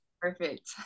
perfect